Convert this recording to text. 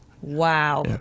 Wow